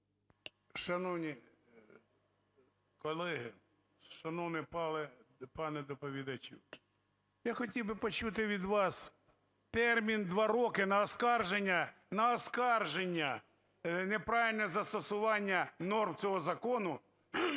Шановні колеги, шановний пане доповідачу! Я хотів би почути від вас, термін два роки на оскарження – на оскарження! – неправильне застосування норм цього закону,